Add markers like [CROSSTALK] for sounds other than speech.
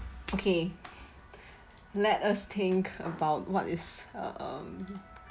okay [NOISE] let us think about what is um